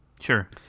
Sure